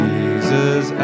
Jesus